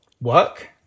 work